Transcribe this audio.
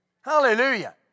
Hallelujah